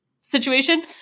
situation